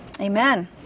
Amen